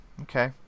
Okay